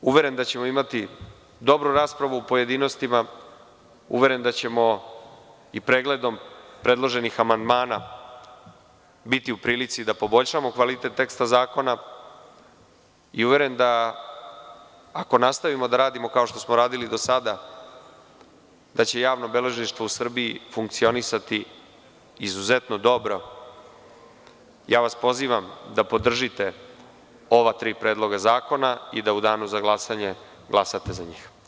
Uveren da ćemo imati dobru raspravu u pojedinostima, uveren da ćemo i pregledom predloženih amandmana biti u prilici da poboljšamo kvalitet teksta zakona i uveren da ako nastavimo da radimo kao što smo radili do sada da će javno beležništvo u Srbiji funkcionisati izuzetno dobro, pozivam vas da podržite ova tri predloga zakona i da u Danu za glasanje glasate za njih.